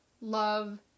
Love